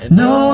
no